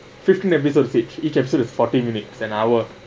fifteen episodes each each episode have forty minutes an hour